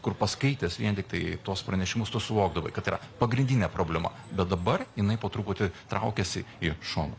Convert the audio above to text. kur paskaitęs vien tiktai tuos pranešimus tu suvokdavai kad yra pagrindinė problema bet dabar jinai po truputį traukiasi į šoną